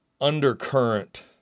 undercurrent